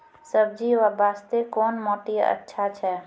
सब्जी बास्ते कोन माटी अचछा छै?